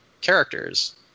characters